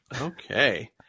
Okay